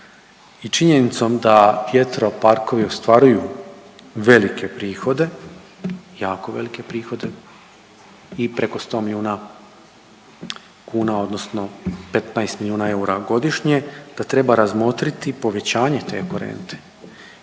i činjenicom da vjetro parkovi ostvaruju jako velike prihohde i preko sto milijuna kuna, odnosno 15 milijuna eura godišnje da treba razmotriti povećanje te ekorente,